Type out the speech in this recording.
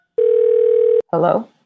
Hello